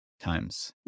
times